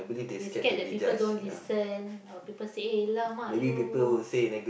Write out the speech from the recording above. they scared that people don't listen or people say eh !alamak! you